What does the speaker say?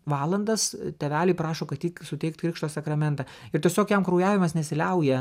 valandas tėveliai prašo kad jį suteikt krikšto sakramentą ir tiesiog jam kraujavimas nesiliauja